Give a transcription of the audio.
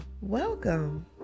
Welcome